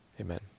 Amen